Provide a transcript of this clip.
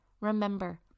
Remember